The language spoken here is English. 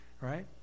right